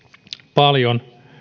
paljon